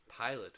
Pilot